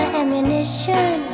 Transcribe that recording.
ammunition